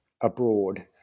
abroad